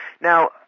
Now